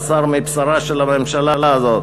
בשר מבשרה של הממשלה הזאת,